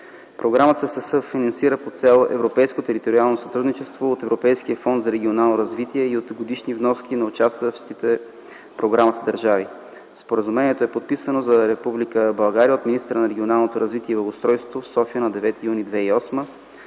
Програмата се съфинансира по Цел „Европейско териториално сътрудничество” от Европейски фонд за регионално развитие и от годишни вноски на участващите в програмата държави. Споразумението е подписано за Република България от министъра на регионалното развитие и благоустройството в София на 9 юни 2008